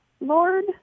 Lord